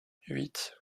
huit